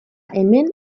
hemen